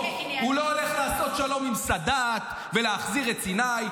הוא לא הולך לעשות שלום עם סאדאת ולהחזיר את סיני.